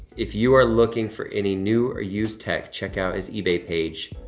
if you are looking for any new or used tech, check out his ebay page,